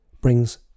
brings